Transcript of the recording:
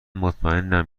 مطمئنم